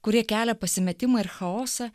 kurie kelia pasimetimą ir chaosą